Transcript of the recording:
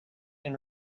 and